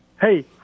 Hey